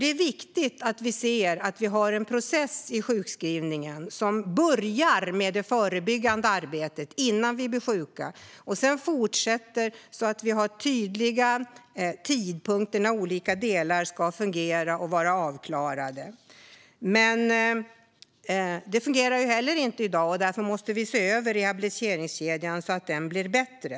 Det är viktigt att se att det finns en process i sjukskrivningen som börjar med det förebyggande arbetet innan man blir sjuk och sedan fortsätter så att det finns tydliga tidpunkter för när olika delar ska fungera och vara avklarade. Inte heller detta fungerar i dag. Därför måste vi se över rehabiliteringskedjan så att den blir bättre.